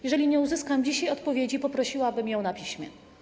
Jeżeli nie uzyskam dzisiaj odpowiedzi, poprosiłabym o nią na piśmie.